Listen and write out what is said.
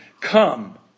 come